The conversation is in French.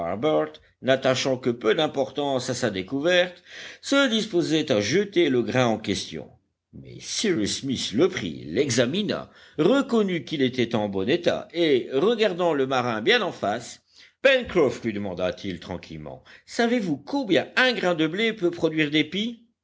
n'attachant que peu d'importance à sa découverte se disposait à jeter le grain en question mais cyrus smith le prit l'examina reconnut qu'il était en bon état et regardant le marin bien en face pencroff lui demanda-t-il tranquillement savez-vous combien un grain de blé peut produire